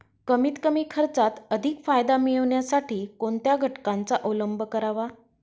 कमीत कमी खर्चात अधिक फायदा मिळविण्यासाठी कोणत्या घटकांचा अवलंब करावा?